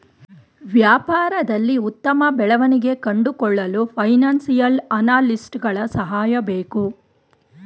ವ್ಯಾಪಾರದಲ್ಲಿ ಉತ್ತಮ ಬೆಳವಣಿಗೆ ಕಂಡುಕೊಳ್ಳಲು ಫೈನಾನ್ಸಿಯಲ್ ಅನಾಲಿಸ್ಟ್ಸ್ ಗಳ ಸಹಾಯ ಬೇಕು